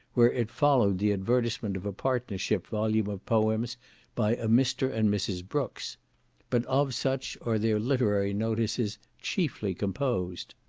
where it followed the advertisement of a partnership volume of poems by a mr, and mrs. brooks but of such, are their literary notices chiefly composed.